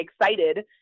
excited